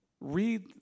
read